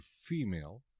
female